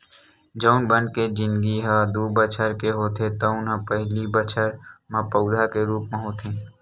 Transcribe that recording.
जउन बन के जिनगी ह दू बछर के होथे तउन ह पहिली बछर म पउधा के रूप म होथे